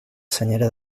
senyera